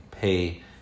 pay